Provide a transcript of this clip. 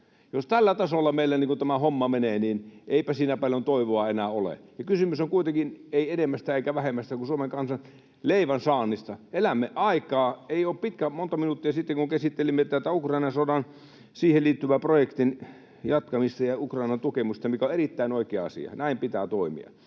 Jos tällä tasolla meillä tämä homma menee, niin eipä siinä paljon toivoa enää ole. Kysymys on kuitenkin ei enemmästä eikä vähemmästä kuin Suomen kansan leivän saannista. Elämme aikaa... Ei ole monta minuuttia siitä, kun käsittelimme Ukrainan sotaan liittyvän projektin jatkamista ja Ukrainan tukemista, mikä on erittäin oikea asia, näin pitää toimia.